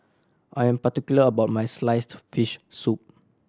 I am particular about my sliced fish soup